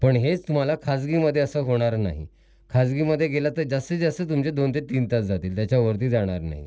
पण हेच तुम्हाला खाजगीमध्ये असं होणार नाही खाजगीमध्ये गेलं तर जास्तीत जास्त तुमचे दोन ते तीन तास जातील त्याच्यावरती जाणार नाही